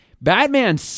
Batman